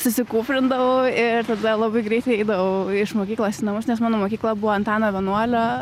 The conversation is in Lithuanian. susikūprindavau ir tada labai greitai eidavau iš mokyklos į namus nes mano mokykla buvo antano vienuolio